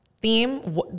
theme